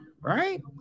Right